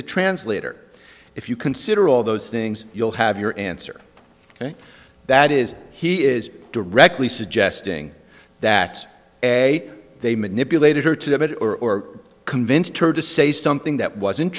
the translator if you consider all those things you'll have your answer and that is he is directly suggesting that a they manipulated her to that or convinced her to say something that was